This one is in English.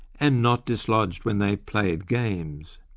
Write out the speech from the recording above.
and not dislodged when they played games.